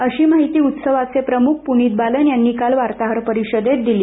अशी माहीती उत्सवाचे प्रमुख पुनीत बालन यांनी काल वार्ताहर परिषदेत दिली